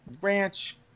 ranch